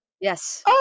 Yes